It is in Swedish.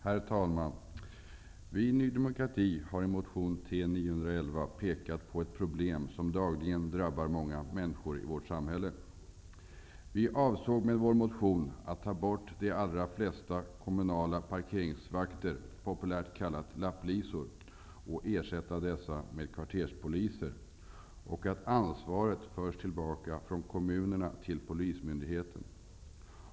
Herr talman! Vi i Ny demokrati har i motion T911 pekat på ett problem som dagligen drabbar många människor i vårt samhälle. Vi föreslår i motionen att de kommunala parkeringsvakterna, populärt kallat ''lapplisor'', skall tas bort och ersättas med kvarterspoliser och att ansvaret förs tillbaka från kommunerna till polismyndigheten.